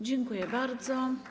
Dziękuję bardzo.